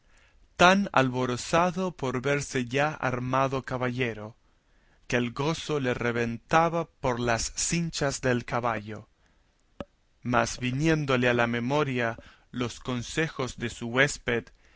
tan alborozado por verse ya armado caballero que el gozo le reventaba por las cinchas del caballo mas viniéndole a la memoria los consejos de su huésped